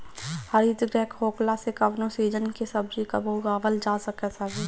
हरितगृह होखला से कवनो सीजन के सब्जी कबो उगावल जा सकत हवे